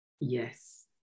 Yes